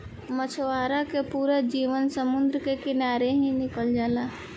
मछवारा के पूरा जीवन समुंद्र के किनारे ही निकल जाला